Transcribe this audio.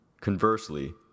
Conversely